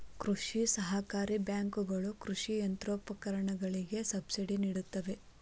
ಕೃಷಿ ಸಹಕಾರಿ ಬ್ಯಾಂಕುಗಳ ಕೃಷಿ ಯಂತ್ರೋಪಕರಣಗಳಿಗೆ ಸಬ್ಸಿಡಿ ನಿಡುತ್ತವೆ